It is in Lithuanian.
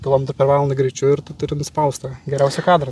kilometrų per valandą greičiu ir tu turi nuspaust tą geriausią kadrą